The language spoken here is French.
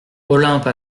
olympe